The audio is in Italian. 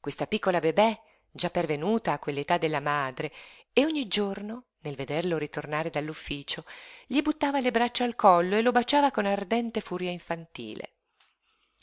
questa piccola bebè già pervenuta a quell'età della madre e ogni giorno nel vederlo ritornare dall'ufficio gli buttava le braccia al collo e lo baciava con ardente furia infantile